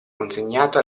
consegnato